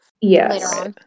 Yes